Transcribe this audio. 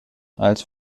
als